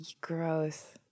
Gross